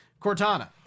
Cortana